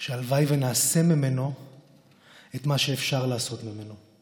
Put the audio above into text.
שהלוואי שנעשה ממנו את מה שאפשר לעשות ממנו.